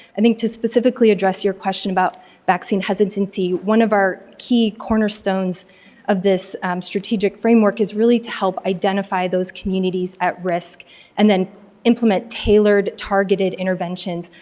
i think to specifically address your question about vaccine hesitancy. one of our key cornerstones of this strategic framework is really to help identify those communities at risk and then implement tailored targeted interventions.